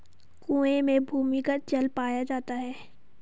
कुएं में भूमिगत जल पाया जाता है